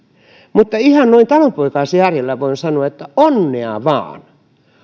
mutta ihan noin talonpoikaisjärjellä voin sanoa että onnea vaan